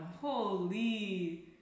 Holy